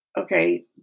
okay